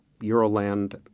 Euroland